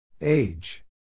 Age